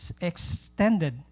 extended